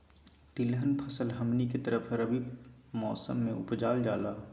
तिलहन फसल हमनी के तरफ रबी मौसम में उपजाल जाला